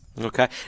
Okay